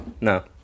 No